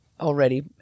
already